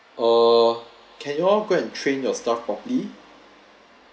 oh can you all go and train your staff properly